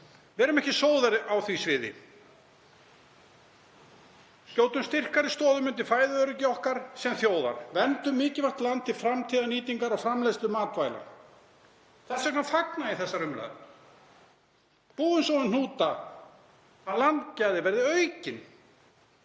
Verum ekki sóðar á því sviði, skjótum styrkari stoðum undir fæðuöryggi okkar sem þjóðar. Verndum mikilvægt land til framtíðarnýtingar á framleiðslu matvæla. Þess vegna fagna ég þessari umræðu. Búum svo um hnúta að landgæði verði aukin,